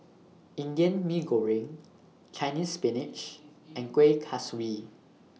Indian Mee Goreng Chinese Spinach and Kuih Kaswi